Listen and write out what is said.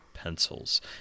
Pencils